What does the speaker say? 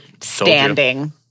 standing